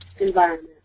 environment